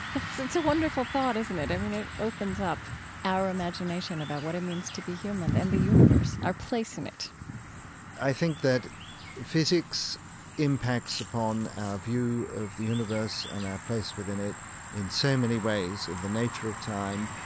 it's it's a wonderful thought, isn't it? i mean, it opens up our imagination about what it means to be human and the universe, our place in it i think that physics impacts upon our view of the universe and our place within it in so many ways, in the nature of time,